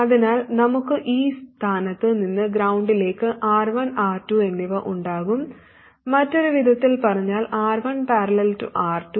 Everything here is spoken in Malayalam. അതിനാൽ നമുക്ക് ഈ സ്ഥാനത്ത് നിന്ന് ഗ്രൌണ്ടിലേക്ക് R1 R2 എന്നിവ ഉണ്ടാകും മറ്റൊരു വിധത്തിൽ പറഞ്ഞാൽ R1 || R2